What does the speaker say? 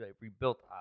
rebuilt